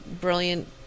brilliant